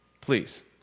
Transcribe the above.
Please